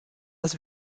das